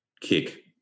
kick